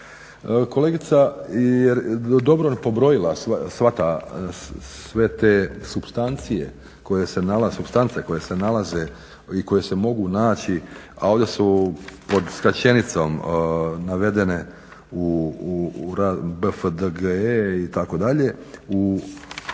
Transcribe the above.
Kolegica je dobro pobrojila sve te supstance koje se nalaze i koje se mogu naći, a ovdje su pod skraćenicom navedene BFDGE itd. u